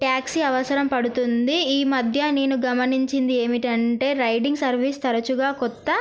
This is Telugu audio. ట్యాక్సీ అవసరం పడుతుంది ఈ మధ్య నేను గమనించింది ఏమిటి అంటే రైడింగ్ సర్వీస్ తరచుగా కొత్త